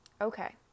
okay